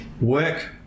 work